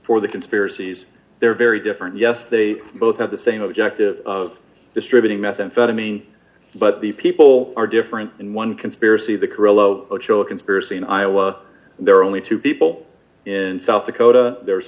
for the conspiracies there are very different yes they both have the same objective of distributing methamphetamine but the people are different in one conspiracy the carrillo conspiracy in iowa there are only two people in south dakota there's